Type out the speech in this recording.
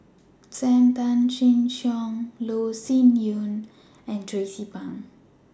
SAM Tan Chin Siong Loh Sin Yun and Tracie Pang